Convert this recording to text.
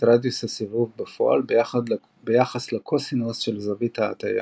רדיוס הסיבוב בפועל ביחס לקוסינוס של זווית ההטיה.